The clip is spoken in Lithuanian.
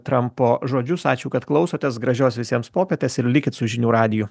trumpo žodžius ačiū kad klausotės gražios visiems popietės ir likit su žinių radiju